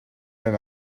même